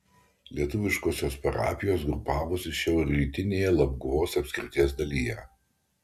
lietuviškosios parapijos grupavosi šiaurrytinėje labguvos apskrities dalyje